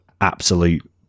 absolute